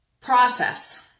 process